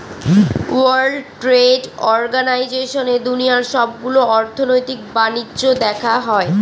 world trade অর্গানাইজেশনে দুনিয়ার সবগুলো অর্থনৈতিক বাণিজ্য দেখা হয়